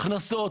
הכנסות,